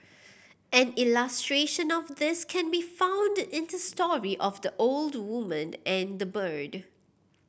an illustration of this can be found in the story of the old woman and the bird